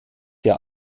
der